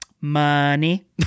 money